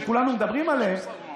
שכולנו מדברים עליו,